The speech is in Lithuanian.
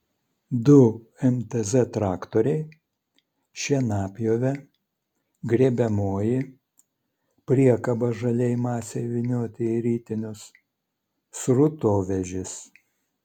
du mtz traktoriai šienapjovė grėbiamoji priekaba žaliai masei vynioti į ritinius srutovežis